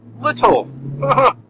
little